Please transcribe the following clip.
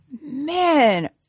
Man